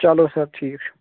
چلو سر ٹھیٖکھ چھُ